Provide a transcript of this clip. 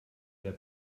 der